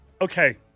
okay